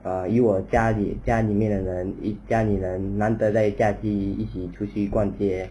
ah 因为我家里家里面的人家里人难得在家的一起出去逛街